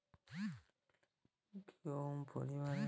legume পরিবারের মসুর ডাইলকে ইংরেজিতে লেলটিল ব্যলে